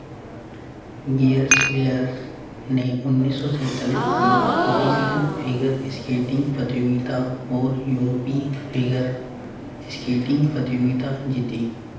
Gerschwiler ने उनीस सौ सैंतालिस की विश्व फिगर स्केटिंग प्रतियोगिता और यूरोपीय फिगर स्केटिंग प्रतियोगिता जीती